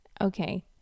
Okay